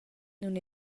nun